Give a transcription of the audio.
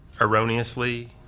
Erroneously